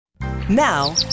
Now